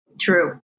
True